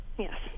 Yes